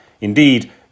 Indeed